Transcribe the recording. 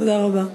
תודה רבה.